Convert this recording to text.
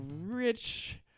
rich